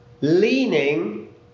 leaning